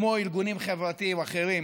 כמו ארגונים חברתיים אחרים,